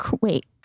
wait